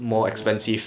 more more more